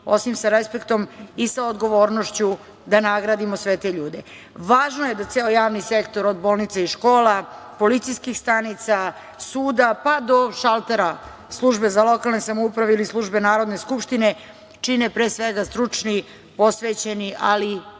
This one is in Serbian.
osim sa respektom, i sa odgovornošću dan nagradimo sve te ljude. Važno je da ceo javni sektor, od bolnica, škola, policijskih stanica, suda, pa do šaltera službe za lokalne samouprave ili službe Narodne skupštine, čine pre svega, stručni, posvećeni, ali i